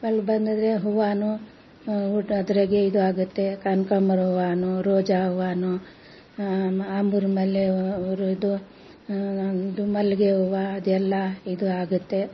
ಬಂದರೇ ಹೂವೂ ಒಟ್ಟು ಅದ್ರಾಗೆ ಇದು ಆಗುತ್ತೆ ಕನಕಾಂಬರ ಹೂವೋ ರೋಜಾ ಹೂವೋ ಆಂಬೂರು ಮಲ್ಲೆ ನಂದು ಮಲ್ಲಿಗೆ ಹೂವು ಅದೆಲ್ಲ ಇದು ಆಗುತ್ತೆ